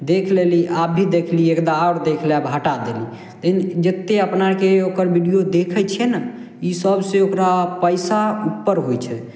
देख लेली आओर अभी देखली आओर एकटा आओर देख लेब आओर हटा देली लेकिन जेते अपनाके ओकर वीडियो देखय छियै ने ई सबसँ ओकरा पैसा उपर होइ छै